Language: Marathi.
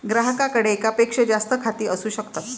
ग्राहकाकडे एकापेक्षा जास्त खाती असू शकतात